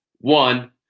One